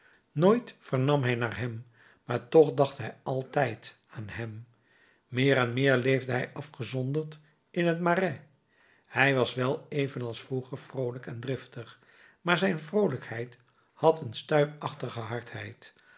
nooit vernam hij naar hem maar toch dacht hij altijd aan hem meer en meer leefde hij afgezonderd in het marais hij was wel evenals vroeger vroolijk en driftig maar zijn vroolijkheid had een stuipachtige hardheid